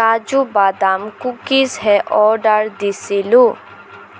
কাজু বাদাম কুকিজহে অৰ্ডাৰ দিছিলোঁ